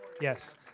Yes